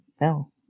no